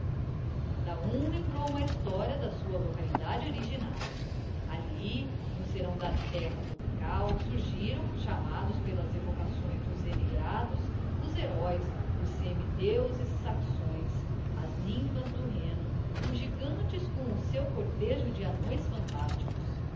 cada um lembrou uma historia da sua localidade originaria alli no serão da terra tropical surgiram chamados pelas evocações dos emigrados os heróes os semi deuses saxões as nymphas do rheno os gigantes com o seu